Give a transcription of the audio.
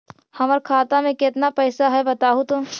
हमर खाता में केतना पैसा है बतहू तो?